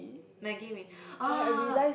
maggi mee ah